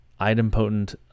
idempotent